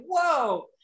whoa